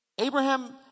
Abraham